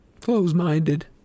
close-minded